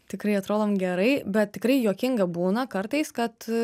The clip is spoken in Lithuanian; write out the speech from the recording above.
tikrai atrodom gerai bet tikrai juokinga būna kartais kad